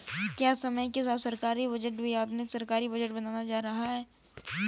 क्या समय के साथ सरकारी बजट भी आधुनिक सरकारी बजट बनता जा रहा है?